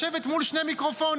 לשבת מול שני מיקרופונים.